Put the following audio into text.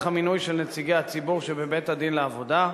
המינוי של נציגי הציבור שבבית-הדין לעבודה,